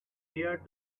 heir